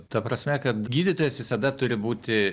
ta prasme kad gydytojas visada turi būti